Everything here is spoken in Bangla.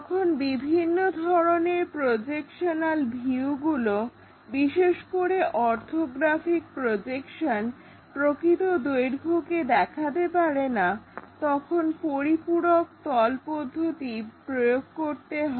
যখন বিভিন্ন ধরনের প্রজেকশনাল ভিউগুলো বিশেষ করে অর্থোগ্রাফিক প্রজেকশন প্রকৃত দৈর্ঘ্যকে দেখাতে পারেনা তখন পরিপূরক তল পদ্ধতি প্রয়োগ করা হয়